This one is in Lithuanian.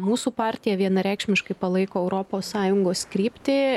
mūsų partija vienareikšmiškai palaiko europos sąjungos kryptį